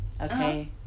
okay